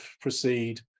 proceed